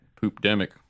Poop-demic